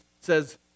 says